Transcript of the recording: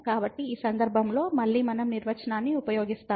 కాబట్టి ఈ సందర్భంలో మళ్ళీ మనం నిర్వచనాన్ని ఉపయోగిస్తాము